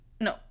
No